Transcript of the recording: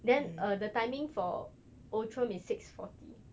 then uh the timing for outram is six forty